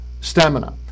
stamina